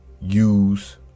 use